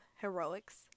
heroics